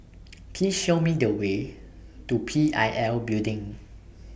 Please Show Me The Way to P I L Building